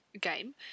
game